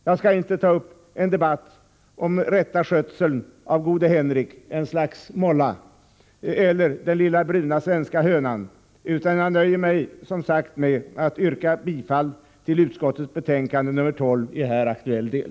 Jag skall inte ta upp en debatt om rätt skötsel av gode Henrik — ett slags målla — eller den lilla bruna svenska hönan, utan jag nöjer mig med att yrka bifall till utskottets hemställan i betänkande 12 i här aktuell del.